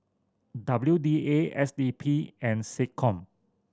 W D A S D P and SecCom